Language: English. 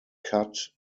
cut